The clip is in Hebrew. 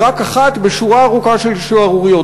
היא רק אחת בשורה ארוכה של שערוריות.